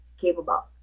capable